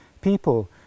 people